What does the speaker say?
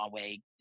Huawei